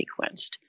sequenced